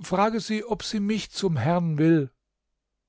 frage sie ob sie mich zum herrn will